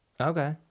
okay